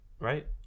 right